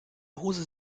hose